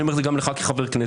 אני אומר את זה גם לך כחבר כנסת.